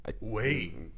Wait